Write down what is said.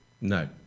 No